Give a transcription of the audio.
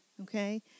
okay